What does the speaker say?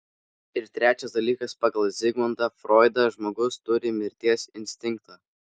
ir trečias dalykas pagal zigmundą froidą žmogus turi mirties instinktą